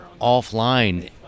offline